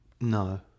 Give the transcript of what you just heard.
No